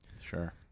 Sure